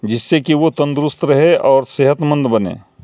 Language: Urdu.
جس سے کہ وہ تندرست رہے اور صحت مند بنے